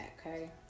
okay